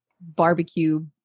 barbecue